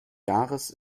jahres